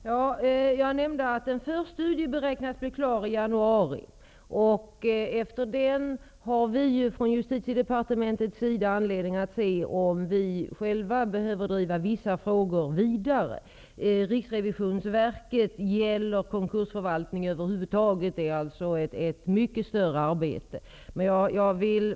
Herr talman! Jag nämnde att en förstudie beräknas bli klar i januari. Därefter har vi inom departementet anledning att se om vi själva behöver driva vissa frågor vidare. Riksrevisionsverkets arbete gäller konkursförvaltning över huvud taget och är alltså ett mycket stort arbete.